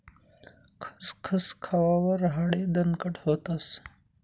खसखस खावावर हाडे दणकट व्हतस